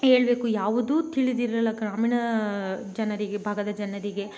ಹೇಳ್ಬೇಕು ಯಾವುದು ತಿಳಿದಿರೋಲ್ಲ ಗ್ರಾಮೀಣ ಜನರಿಗೆ ಭಾಗದ ಜನರಿಗೆ